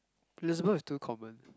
Elizabeth is too common